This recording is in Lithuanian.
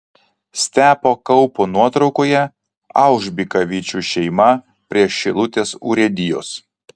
stepo kaupo nuotraukoje aužbikavičių šeima prie šilutės urėdijos